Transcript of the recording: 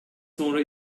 sonra